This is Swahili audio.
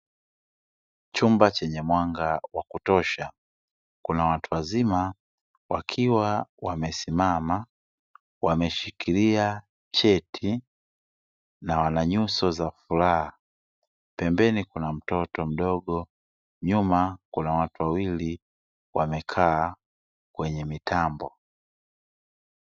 Chumba chenye mwanga wa kutosha kuna watu wazima wakiwa wamesimama wameshikilia cheti na wana nyuso za furaha. Pembeni kuna mtoto mdogo nyumba kuna watu wawili wamekaa kwenye mitambo.